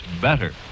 better